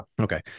Okay